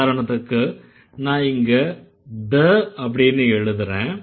உதாரணத்துக்கு நான் இங்க the அப்படின்னு எழுதறேன்